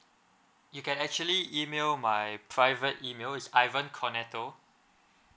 you can actually email my private email it's ivan kenato